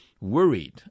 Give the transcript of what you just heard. worried